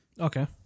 Okay